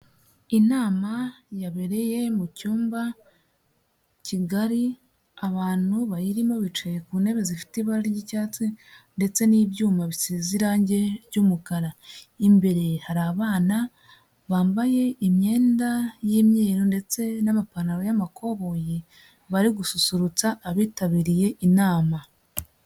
Inama yabereye mu cyumba kigari, abantu bayirimo bicaye ku ntebe zifite ibara ry'icyatsi ndetse n'ibyuma bisize irangi ry'umukara, imbere hari abana bambaye imyenda y'imyeru ndetse n'amapantaro y'amakoboyi bari gususurutsa abitabiriye inama.